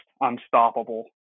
unstoppable